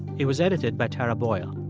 it was edited by tara boyle.